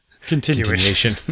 Continuation